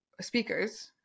speakers